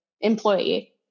employee